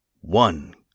one